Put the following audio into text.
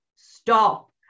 stop